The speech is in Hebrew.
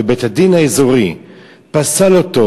בית-הדין האזורי פסל אותו